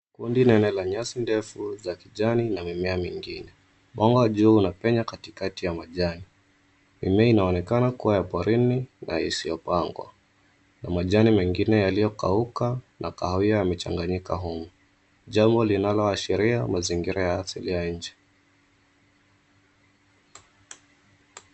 Kundi nene la nyasi ndefu za kijani na mimea mingine. Mwanga juu unapenya katikati ya majani. Mimea inaonekana kuwa ya porini na isiyopangwa na majani mengine yaliyokauka na kahawia yamechanganyika humu. Jambo linaloashiria mazingira ya asili ya nchi.